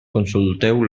consulteu